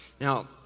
Now